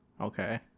Okay